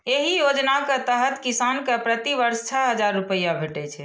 एहि योजना के तहत किसान कें प्रति वर्ष छह हजार रुपैया भेटै छै